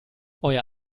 euer